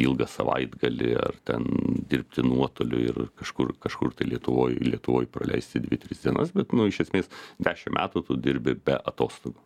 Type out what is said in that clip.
ilgą savaitgalį ar ten dirbti nuotoliu ir kažkur kažkur lietuvoj lietuvoj praleisti dvi tris dienas bet iš esmės dešimt metų tu dirbi be atostogų